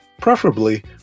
Preferably